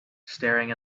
staring